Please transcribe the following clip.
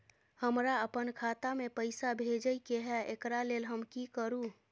हमरा अपन खाता में पैसा भेजय के है, एकरा लेल हम की करू?